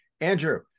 Andrew